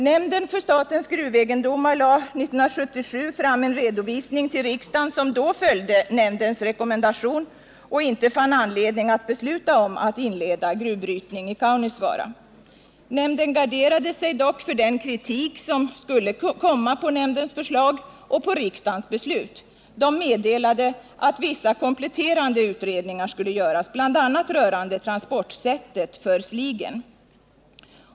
Nämnden för statens gruvegendom lade 1977 fram en redovisning till riksdagen, som då följde nämndens rekommendation och inte fann anledning att besluta om att inleda gruvbrytning i Kaunisvaara. Nämnden garderade sig dock för den kritik som skulle komma på nämndens förslag och på riksdagens beslut. Den meddelade att vissa kompletterande utredningar skulle göras, bl.a. rörande transportsättet för sligen.